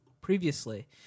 previously